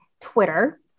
Twitter